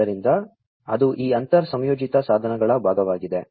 ಆದ್ದರಿಂದ ಅದು ಈ ಅಂತರ್ ಸಂಯೋಜಿತ ಸಾಧನಗಳ ಭಾಗವಾಗಿದೆ